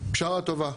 פשרה טובה.